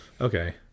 okay